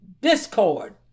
discord